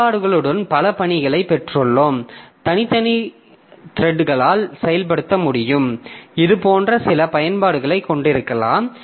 பயன்பாடுகளுடன் பல பணிகளை பெற்றுள்ளோம் தனித்தனி த்ரெட்களால் செயல்படுத்த முடியும் இது போன்ற சில பயன்பாடுகளை கொண்டிருக்கலாம்